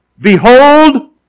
Behold